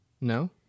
No